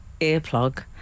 earplug